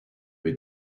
vais